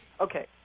Okay